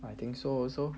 I think so also